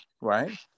right